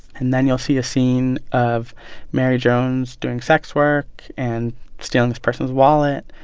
and then you'll see a scene of mary jones doing sex work and stealing this person's wallet,